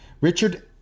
Richard